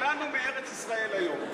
כולנו מארץ-ישראל היום.